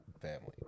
family